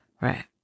right